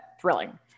thrilling